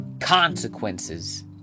consequences